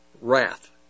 wrath